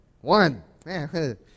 One